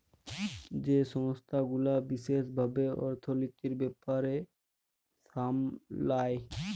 যেই সংস্থা গুলা বিশেস ভাবে অর্থলিতির ব্যাপার সামলায়